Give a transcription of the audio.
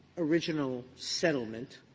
original settlement